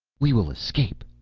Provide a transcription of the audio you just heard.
we will escape,